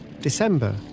December